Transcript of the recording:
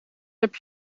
heb